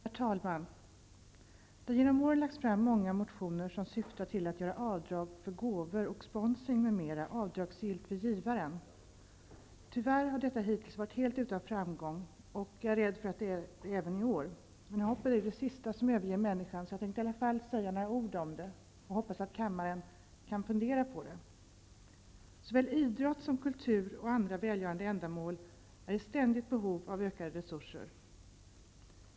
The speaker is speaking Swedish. Herr talman! Det har under årens lopp väckts många motioner, som har syftat till att man skall få göra avdrag för gåvor, sponsring, m.m., dvs. avdragsgillt för givaren. Tyvärr har detta hittills varit utan framgång, och jag är rädd för att det är på samma sätt i år. Men hoppet är det sista som överger människan. Därför tänker jag ändå säga några ord om detta, och jag hoppas att kammaren funderar på det. Såväl idrott som kultur och andra välgörande ändamål är i ständigt behov av ökade resurser.